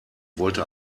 wollte